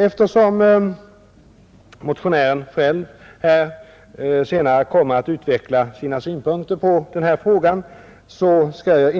Eftersom motionären själv senare kommer att utveckla sina synpunkter på denna fråga, skall jag